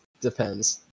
depends